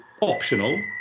optional